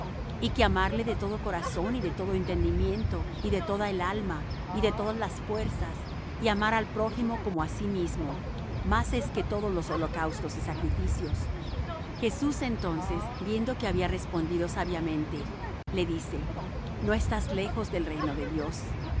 y que amarle de todo corazón y de todo entendimiento y de toda el alma y de todas las fuerzas y amar al prójimo como á sí mismo más es que todos los holocaustos y sacrificios jesús entonces viendo que había respondido sabiamente le dice no estás lejos del reino de dios